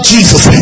Jesus